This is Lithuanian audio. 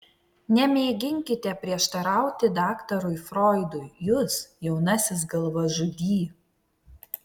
nemėginkite prieštarauti daktarui froidui jūs jaunasis galvažudy